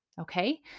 Okay